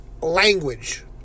language